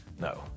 No